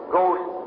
Ghost